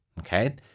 Okay